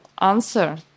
answer